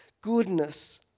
goodness